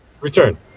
return